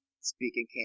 speaking